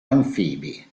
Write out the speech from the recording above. anfibi